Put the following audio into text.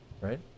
right